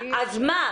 אז מה?